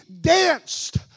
danced